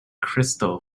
crystal